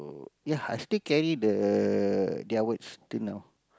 ya I still carry the their words still now